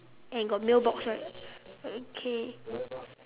and got mailbox right okay